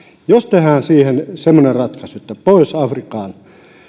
tehdään siihen semmoinen ratkaisu että pohjois afrikkaan